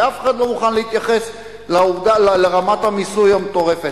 כי אף אחד לא מוכן להתייחס לרמת המיסוי המטורפת,